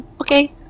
Okay